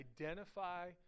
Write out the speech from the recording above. Identify